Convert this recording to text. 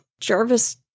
Jarvis